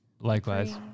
Likewise